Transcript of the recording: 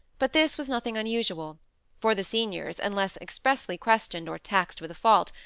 but this was nothing unusual for the seniors, unless expressly questioned or taxed with a fault,